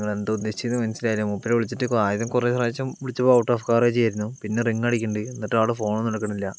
നിങ്ങളെന്താണു ഉദ്ദേശിച്ചതെന്നു മനസ്സിലായില്ല മൂപ്പരെ വിളിച്ചിട്ട് ഇപ്പോൾ ആദ്യം കുറേ പ്രാവശ്യം വിളിച്ചപ്പോൾ ഔട്ട് ഓഫ് കവറേജായിരുന്നു പിന്നെ റിങ്ങടിക്കുന്നുണ്ട് എന്നിട്ട് ആൾ ഫോൺ ഒന്നും എടുക്കുന്നില്ല